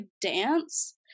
dance